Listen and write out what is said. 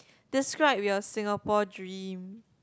describe your Singapore dream